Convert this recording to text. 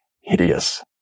hideous